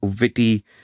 witty